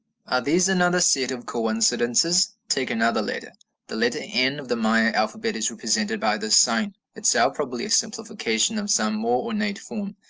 are these another set of coincidences? take another letter the letter n of the maya alphabet is represented by this sign, itself probably a simplification of some more ornate form.